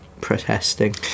protesting